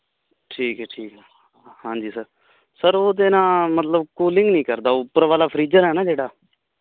ਠੀਕ ਐ ਠੀਕ ਐ ਹਾਂਜੀ ਸਰ ਉਹਦੇ ਨਾਲ ਮਤਲਬ ਕੂਲਿੰਗ ਨਹੀਂ ਕਰਦਾ ਉੱਪਰ ਵਾਲਾ ਫਰਿੱਜ਼ ਐ ਨਾ ਜਿਹੜਾ